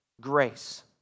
grace